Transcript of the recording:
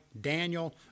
Daniel